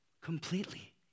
Completely